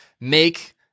make